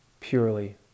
purely